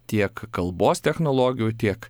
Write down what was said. tiek kalbos technologijų tiek